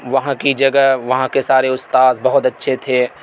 وہاں کی جگہ وہاں کے سارے استاذ بہت اچھے تھے